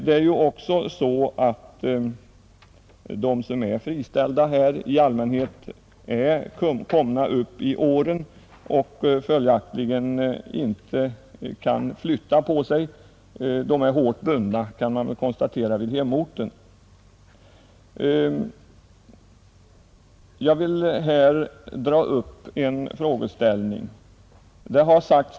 De som är friställda är i allmänhet till åren komna och kan följaktligen inte flytta på sig så lätt. Man kan konstatera att de är hårt bundna vid hemorten. Jag vill här dra upp en speciell fråga.